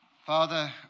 Father